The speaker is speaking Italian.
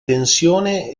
tensione